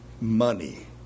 money